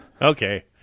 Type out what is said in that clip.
Okay